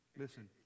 listen